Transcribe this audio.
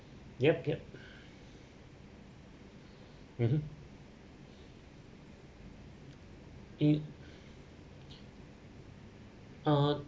yup yup mmhmm mm uh